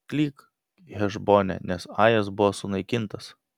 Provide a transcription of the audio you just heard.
klyk hešbone nes ajas buvo sunaikintas